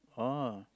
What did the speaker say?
oh